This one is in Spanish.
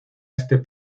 este